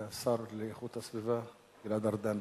השר לאיכות הסביבה גלעד ארדן,